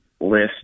list